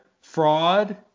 fraud